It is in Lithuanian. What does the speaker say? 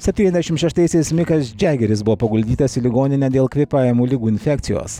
septyniasdešimt šeštaisiais mikas džiagiris buvo paguldytas į ligoninę dėl kvėpavimo ligų infekcijos